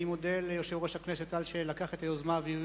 אני מודה ליושב-ראש הכנסת על שלקח את היוזמה והביא